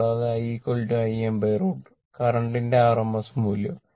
കൂടാതെ I Im √ 2 കറന്റിന്റെ RMS മൂല്യം